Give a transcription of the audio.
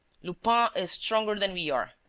lupin is stronger than we are.